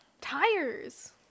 tires